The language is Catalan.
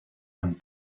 amb